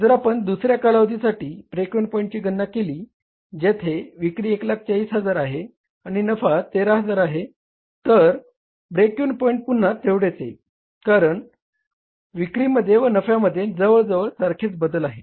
जर आपण दुसर्या कालावधीसाठी ब्रेक इव्हन पॉईंटची गणना केली जथे विक्री 140000 आणि नफा 13000 तर ब्रेक इव्हन पॉईंट पुन्हा तेवढेच येईल कारण विक्रीमध्ये व नफ्यामध्ये जवळजवळ सारखेच बदल आहे